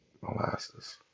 molasses